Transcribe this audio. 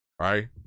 Right